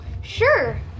Sure